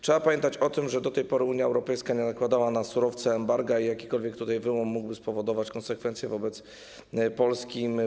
Trzeba pamiętać o tym, że do tej pory Unia Europejska nie nakładała na surowce embarga i jakikolwiek wyłom mógłby spowodować konsekwencje wobec Polski.